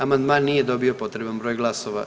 Amandman nije dobio potreban broj glasova.